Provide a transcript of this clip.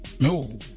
No